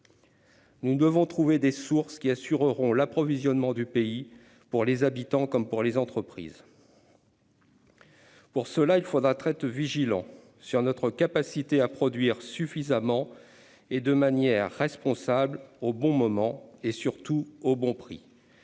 Nous devons donc trouver des sources d'énergie qui assureront l'approvisionnement du pays pour les habitants comme pour les entreprises. Pour cela, il nous faudra être très vigilants quant à notre capacité à produire suffisamment et de manière responsable, au bon moment et surtout au bon prix.